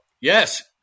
Yes